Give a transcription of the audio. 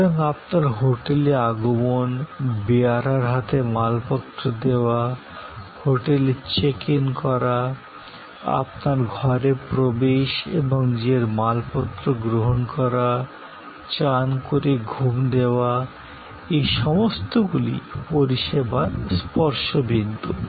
সুতরাং আপনার হোটেলে আগমন বেয়ারার হাতে মালপত্র দেওয়া হোটেলে চেক ইন করা আপনার ঘরে প্রবেশ এবং নিজের মালপত্র গ্রহণ করা চান করে ঘুম দেওয়া এই সমস্তগুলি পরিষেবার স্পর্শ বিন্দু